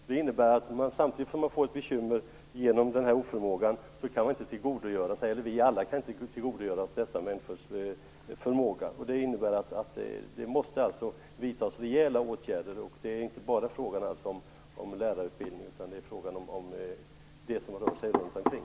Samtidigt som dyslektikerna får bekymmer genom denna oförmåga kan vi andra inte tillgodogöra oss dessa människors förmåga. Det måste vidtas rejäla åtgärder. Det är inte bara frågan om lärarutbildning, utan det är också frågan om det som rör sig runt omkring.